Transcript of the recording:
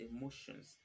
emotions